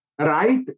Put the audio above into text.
right